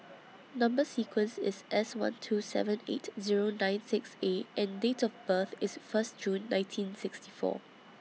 Number sequence IS S one two seven eight Zero nine six A and Date of birth IS First June nineteen sixty four